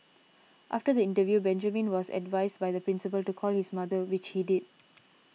after the interview Benjamin was advised by the Principal to call his mother which he did